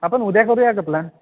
आपण उद्या करूया का प्लॅन